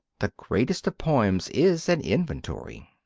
the greatest of poems is an inventory.